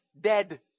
dead